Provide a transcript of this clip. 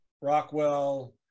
Rockwell